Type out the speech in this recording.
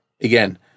again